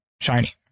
shiny